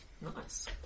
Nice